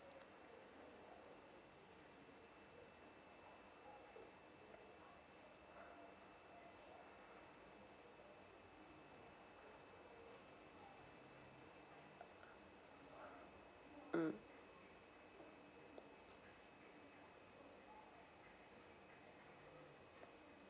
mm